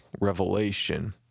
revelation